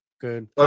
good